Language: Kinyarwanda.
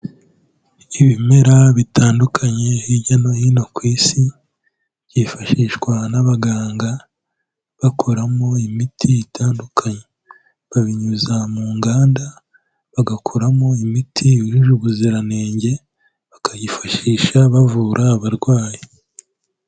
Ibimera bitandukanye hirya no hino ku isi, byifashishwa n'abaganga bakoramo imiti itandukanye, babinyuza mu nganda bagakoramo imiti yujuje ubuziranenge bakayifashisha bavura abarwayi.